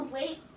Wait